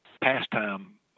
pastime